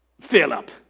Philip